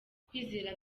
kwizera